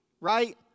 Right